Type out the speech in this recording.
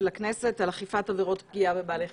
הכנסת על אכיפת עבירות פגיעה בבעלי חיים.